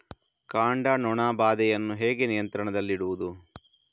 ಕಾಂಡ ನೊಣ ಬಾಧೆಯನ್ನು ಹೇಗೆ ನಿಯಂತ್ರಣದಲ್ಲಿಡುವುದು?